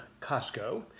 Costco